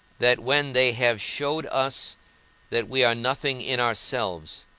that when they have showed us that we are nothing in ourselves,